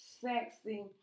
sexy